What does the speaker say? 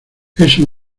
eso